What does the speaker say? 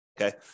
Okay